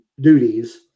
duties